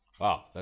Wow